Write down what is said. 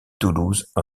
toulouse